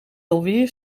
alweer